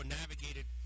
navigated